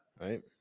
Right